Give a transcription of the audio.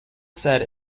set